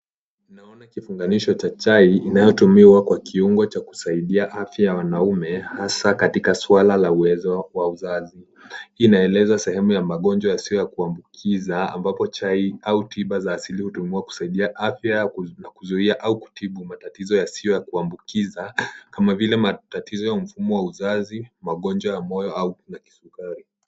Naona kiunganisho cha chai inayotumiwa kwa kiungo cha kusaidia afya ya wanaume hasa katika suala la uwezo wa uzazi. Inaeleza sehemu ya magonjwa yasiyo ya kuambukiza ambapo chai au tiba za asili hutumiwa kusaidia afya na kuzuia au kutibu matatizo yasiyo ya kuambukiza kama vile matatizo ya mfumo wa uzazi, magonjwa ya moyo au magonjwa ya kisukari.